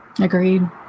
Agreed